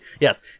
Yes